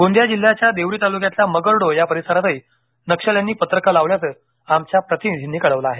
गोंदिया जिल्याच्या देवरी तालुक्यातील मगरडोह या परिसरातही नक्षल्यांनी पत्रकं लावल्याचं आमच्या प्रतिनिधीनी कळवलं आहे